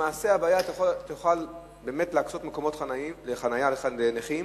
למעשה, אתה יכול להקצות מקומות חנייה לנכים,